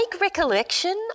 recollection